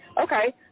Okay